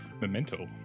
Memento